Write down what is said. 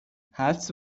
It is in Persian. حدس